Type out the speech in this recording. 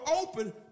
open